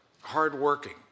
hardworking